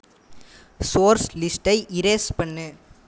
source லிஸ்ட்டை erase பண்ணு